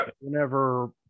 whenever